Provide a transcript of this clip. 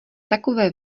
takové